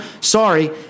Sorry